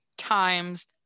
times